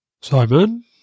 Simon